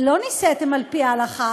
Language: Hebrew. לא נישאתם על פי ההלכה,